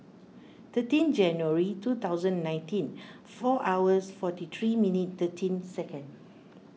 thirteen January two thousand nineteen four hours forty three minute thirteen second